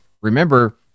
Remember